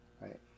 Right